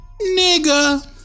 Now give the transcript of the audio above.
nigga